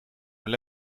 mijn